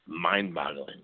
mind-boggling